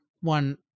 one